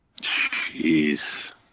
Jeez